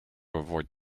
avoid